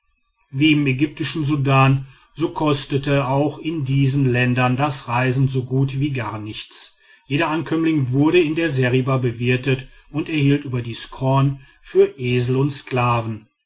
wie im ägyptischen sudan so kostete auch in diesen ländern das reisen so gut wie gar nichts jeder ankömmling wurde in der seriba bewirtet und erhielt überdies korn für esel und sklaven